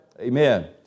Amen